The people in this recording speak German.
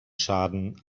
schaden